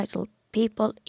People